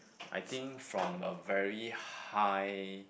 I think from a very high